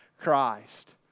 Christ